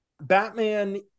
batman